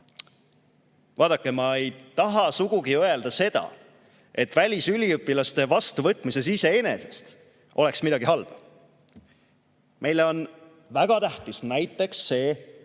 Vaadake, ma ei taha sugugi öelda seda, et välisüliõpilaste vastuvõtmises iseenesest oleks midagi halba. Meile on väga tähtis näiteks see, et me